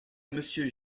monsieur